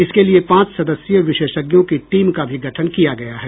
इसके लिये पांच सदस्यीय विशेषज्ञों की टीम का भी गठन किया गया है